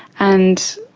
and